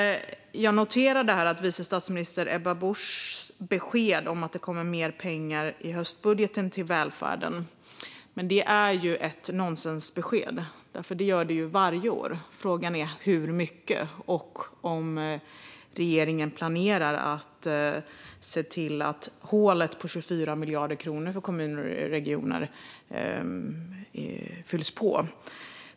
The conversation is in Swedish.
Jag noterade vice statsminister Ebba Buschs besked om att det kommer mer pengar i höstbudgeten till välfärden. Det är ett nonsensbesked, för det gör det varje år. Frågan är hur mycket och om regeringen planerar att se till att hålet på 24 miljarder kronor för kommuner och regioner fylls igen.